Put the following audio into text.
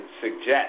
suggest